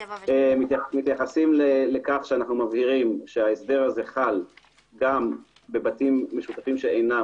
מתייחסים לכך שאנו מבהירים שההסדר הזה חל גם בבתים משותפים שאינם